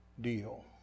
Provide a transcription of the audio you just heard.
deal